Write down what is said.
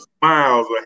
smiles